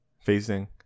Facing